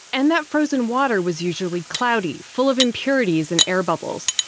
and that frozen water was usually cloudy, full of impurities and air bubbles.